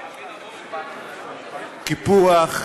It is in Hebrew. קיפוח,